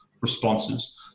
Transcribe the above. responses